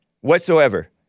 whatsoever